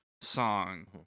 song